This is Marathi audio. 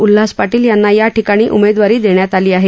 उल्हास पाटील यांना या ठिकाणी उमेदवारी देण्यात आली आहे